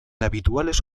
habituales